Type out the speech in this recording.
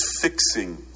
fixing